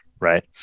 Right